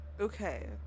Okay